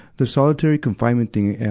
the solitary confinement thing, and